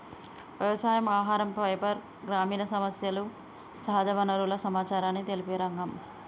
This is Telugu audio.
వ్యవసాయం, ఆహరం, ఫైబర్, గ్రామీణ సమస్యలు, సహజ వనరుల సమచారాన్ని తెలిపే రంగం